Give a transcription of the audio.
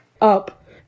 up